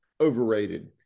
overrated